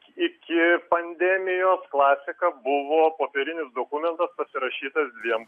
iki pandemijos klasika buvo popierinis dokumentas pasirašytas dviem